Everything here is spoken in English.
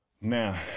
Now